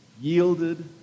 yielded